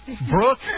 Brooke